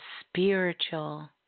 spiritual